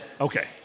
Okay